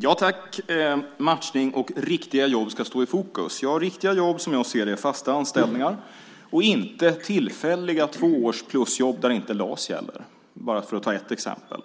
Fru talman! Matchning och riktiga jobb ska stå i fokus. Riktiga jobb är, som jag ser det, fasta anställningar och inte tillfälliga tvåårsplusjobb där inte LAS gäller, för att bara ta ett exempel.